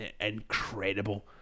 incredible